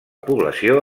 població